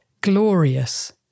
glorious